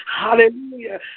Hallelujah